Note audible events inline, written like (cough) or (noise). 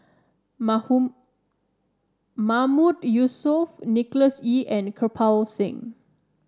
(unintelligible) Mahmood Yusof Nicholas Ee and Kirpal Singh